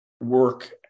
work